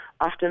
often